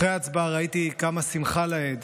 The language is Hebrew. אחרי ההצבעה ראיתי כמה שמחה לאיד,